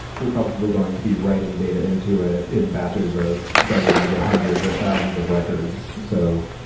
you're probably going to be writing data into it in batches of dozens or hundreds or thousands of records. so,